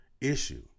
issue